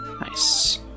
Nice